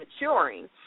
maturing